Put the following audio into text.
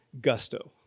gusto